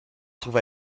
trouve